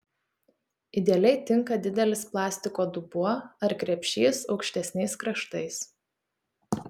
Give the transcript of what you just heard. idealiai tinka didelis plastiko dubuo ar krepšys aukštesniais kraštais